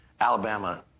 Alabama